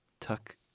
tuck